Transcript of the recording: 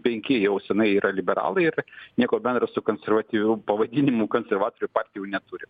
penki jau senai yra liberalai ir nieko bendro su konservatyviu pavadinimu konservatorių partija jau neturi